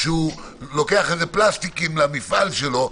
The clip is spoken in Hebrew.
הוא לוקח איזה פלסטיקים למפעל שלו,